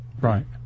right